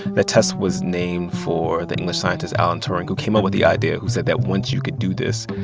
the test was named for the english scientist alan turing, who came up with the idea who said that once you could do this,